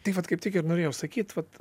tai vat kaip tik ir norėjau sakyt vat